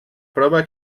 prova